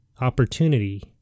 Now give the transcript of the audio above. Opportunity